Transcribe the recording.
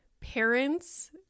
parents